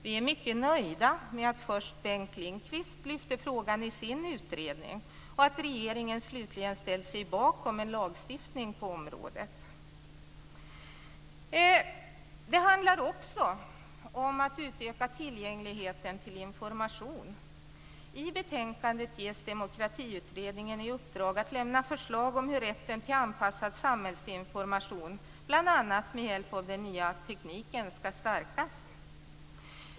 Vi är mycket nöjda med att först Bengt Lindqvist lyfte fram frågan i sin utredning, och att regeringen slutligen ställt sig bakom en lagstiftning på området. Det handlar också om att utöka tillgängligheten till information. I betänkandet ges Demokratiutredningen i uppdrag att lämna förslag om hur rätten till anpassad samhällsinformation bl.a. med hjälp av den nya tekniken ska stärkas.